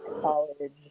college